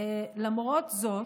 למרות זאת,